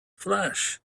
flash